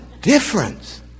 difference